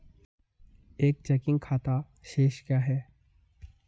एक चेकिंग खाता शेष क्या है?